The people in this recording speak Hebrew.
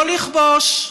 לא לכבוש,